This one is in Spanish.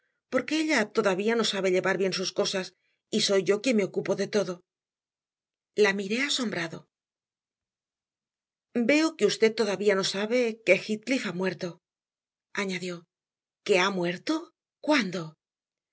porque ella todavía no sabe llevar bien sus cosas y soy yo quien me ocupo de todo la miré asombrado veo que usted todavía no sabe que heathcliff ha muerto añadió que ha muerto cuándo